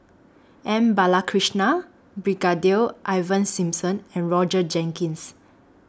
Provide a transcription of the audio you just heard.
M Balakrishnan Brigadier Ivan Simson and Roger Jenkins